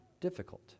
difficult